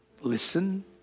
Listen